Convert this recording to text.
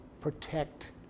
protect